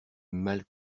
mal